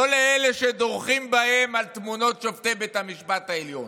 לא לאלה שדורכים בהן על תמונות שופטי בית המשפט העליון,